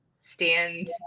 stand